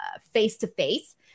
face-to-face